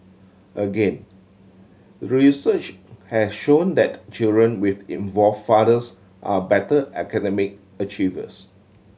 again research has shown that children with involved fathers are better academic achievers